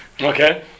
Okay